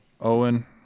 Owen